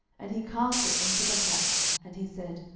and he cast it into the pot and he said,